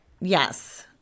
Yes